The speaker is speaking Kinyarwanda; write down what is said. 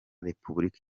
repubulika